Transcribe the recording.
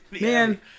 man